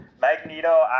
magneto